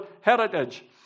heritage